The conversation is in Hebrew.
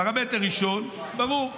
פרמטר ראשון ברור,